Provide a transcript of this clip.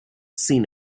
seen